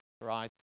right